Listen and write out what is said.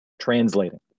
translating